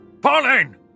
Pauline